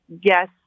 yes